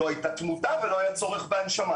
לא הייתה תמותה ולא היה צורך בהנשמה.